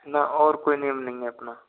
न और कोई नियम नहीं है अपना